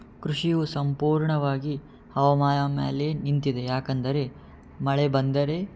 ಕೃಷಿಯು ಸಂಪೂರ್ಣವಾಗಿ ಹವಾಮಾನ ಮೇಲೆ ನಿಂತಿದೆ ಯಾಕೆಂದರೆ ಮಳೆ ಬಂದರೆ